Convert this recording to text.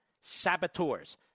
saboteurs